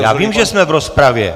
Já vím, že jsme v rozpravě!